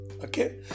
Okay